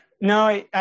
No